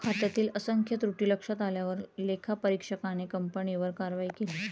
खात्यातील असंख्य त्रुटी लक्षात आल्यावर लेखापरीक्षकाने कंपनीवर कारवाई केली